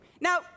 now